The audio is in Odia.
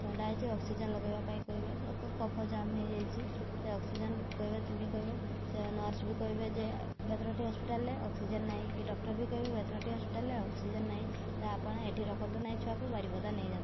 ଥଣ୍ଡା ହୋଇଛି ଅକ୍ସିଜେନ୍ ଲଗେଇବା ପାଇଁ କହିବେ କଫ ଯାମ ହୋଇଯାଇଛି ସେ ଅକ୍ସିଜେନ୍ କହିବେ ଦିଦି କହିବେ ସେ ନର୍ସ୍ ବି କହିବେ ଯେ ବେତନଟୀ ହସ୍ପିଟାଲ୍ରେ ଅକ୍ସିଜେନ୍ ନାହିଁ କି ଡକ୍ଟର୍ ବି କହିବେ ବେତନଟୀ ହସ୍ପିଟାଲ୍ରେ ଅକ୍ସିଜେନ୍ ନାହିଁ ତ ଆପଣ ଏଠି ରଖନ୍ତୁ ନାହିଁ ଛୁଆକୁ ବାରିପଦା ନେଇଯାଆନ୍ତୁ